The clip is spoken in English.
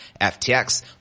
FTX